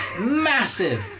massive